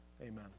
amen